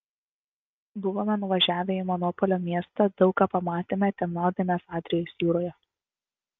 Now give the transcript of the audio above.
buvome nuvažiavę į monopolio miestą daug ką pamatėme ten maudėmės adrijos jūroje